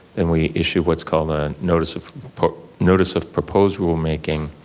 and we issue what's called a notice of notice of proposal making,